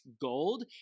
gold